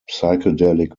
psychedelic